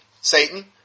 Satan